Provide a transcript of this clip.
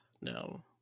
no